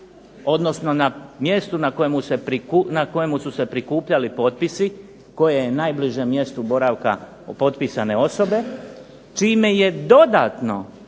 odnosno na mjestu na kojemu su se prikupljali potpisi koje je najbliže mjestu boravka potpisane osobe čime je dodatno